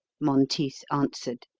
monteith answered,